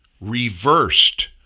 reversed